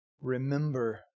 remember